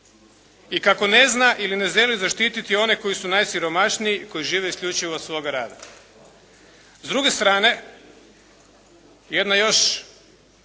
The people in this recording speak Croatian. i kako ne zna ili ne želi zaštititi one koji su najsiromašniji i koji žive isključivo od svoga rada. S druge strane, jedna još